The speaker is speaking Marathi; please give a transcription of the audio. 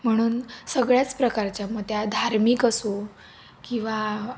म्हणून सगळ्याच प्रकारच्या मग त्या धार्मिक असो किंवा